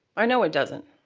i know it doesn't.